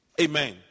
Amen